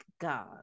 God